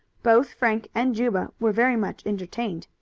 both frank and juba were very much entertained.